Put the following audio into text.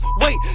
wait